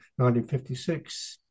1956